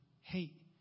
hate